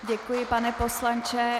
Děkuji, pane poslanče.